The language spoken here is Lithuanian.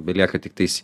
belieka tiktais